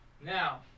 now